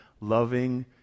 Loving